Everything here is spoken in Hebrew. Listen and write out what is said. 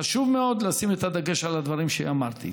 חשוב מאוד לשים את הדגש על הדברים שאמרתי.